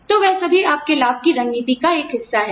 तो वह सभी आपके लाभ की रणनीति का एक हिस्सा है